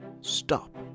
stop